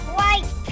white